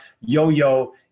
yo-yo